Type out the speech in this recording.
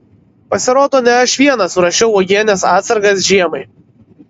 pasirodo ne aš vienas ruošiau uogienės atsargas žiemai